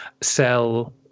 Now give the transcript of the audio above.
sell